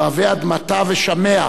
אוהבי אדמתה ושמיה,